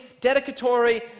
dedicatory